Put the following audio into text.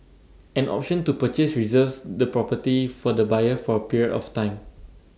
an option to purchase reserves the property for the buyer for A period of time